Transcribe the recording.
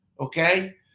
Okay